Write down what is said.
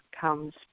comes